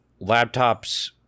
laptops